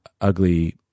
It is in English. ugly